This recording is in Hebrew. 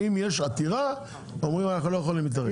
אם יש עתירה, הם אומרים: אנחנו לא יכולים להתערב.